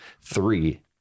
three